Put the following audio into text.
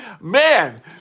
Man